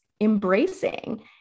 embracing